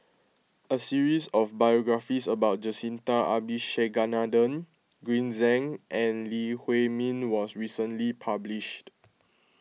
a series of biographies about Jacintha Abisheganaden Green Zeng and Lee Huei Min was recently published